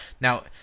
Now